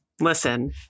Listen